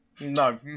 No